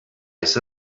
ise